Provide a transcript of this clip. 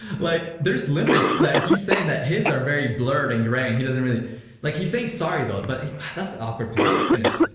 like, there's limits that he's saying that his are very blurred and gray, he doesn't really like, he's saying sorry though but that's the awkward part, let's finish.